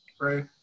right